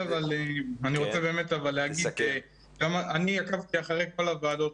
אני עקבתי אחרי כל הוועדות,